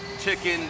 chicken